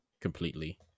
completely